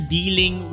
dealing